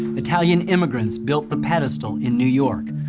italian immigrants built the pedestal in new york,